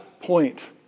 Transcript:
point